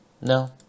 No